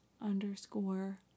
underscore